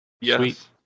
yes